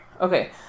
Okay